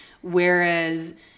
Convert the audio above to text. whereas